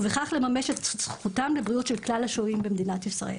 ובכך לממש את זכותם לבריאות של כלל השוהים במדינת ישראל.